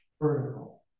Vertical